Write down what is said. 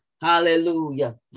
Hallelujah